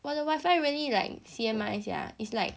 我的 wi-fi really like cannot make it sia it's like